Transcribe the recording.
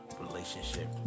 relationship